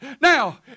Now